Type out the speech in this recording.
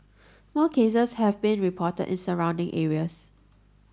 more cases have been reported in surrounding areas